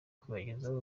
kubagezaho